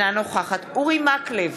אינה נוכחת אורי מקלב,